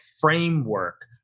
framework